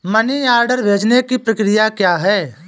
Money order भेजने की प्रक्रिया क्या है?